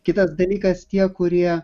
kitas dalykas tie kurie